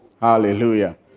Hallelujah